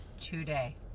today